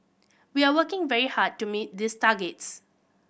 we are working very hard to meet these targets